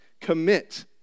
commit